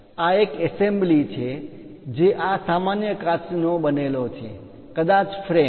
આ એક એસેમ્બલી સંયોજન છે જે આ સામાન્ય કાચ નો બનેલો છે કદાચ ફ્રેમ